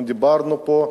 דיברנו פה,